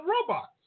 robots